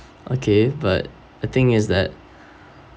okay but the thing is that